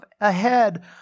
ahead